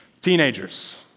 Teenagers